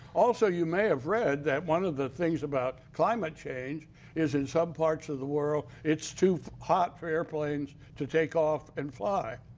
also, you may have read that one of the things about climate change is some parts of the world, it's too hot for airplanes to take off and fly.